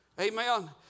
Amen